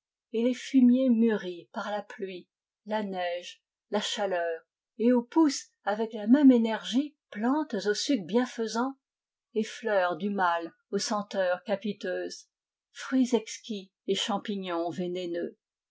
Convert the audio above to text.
et les fumiers mûris par la pluie la neige la chaleur et où poussent avec la même énergie plantes aux sucs bienfaisants et fleurs du mal aux senteurs capiteuses fruits exquis et champignons